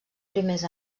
primers